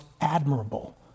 admirable